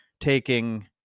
taking